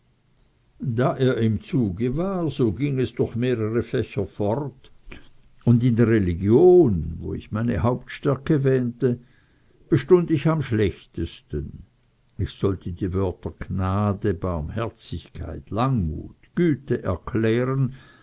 da er im zuge war so ging es durch mehrere fächer fort und in der religion wo ich meine hauptstärke wähnte bestund ich am schlechtesten ich sollte die wörter gnade barmherzigkeit langmut güte erklären